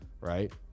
right